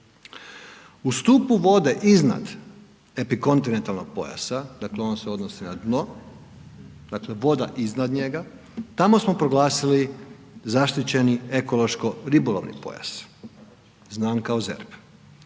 U stupu vode iznad epikontinentalnog pojasa, dakle ono se odnosi na dno, dakle voda iznad njega, tamo smo proglasili zaštićeni ekološko ribolovni pojas, znan kao ZERP